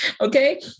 Okay